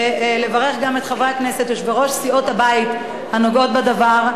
ולברך גם את חברי הכנסת יושבי-ראש סיעות הבית הנוגעות בדבר,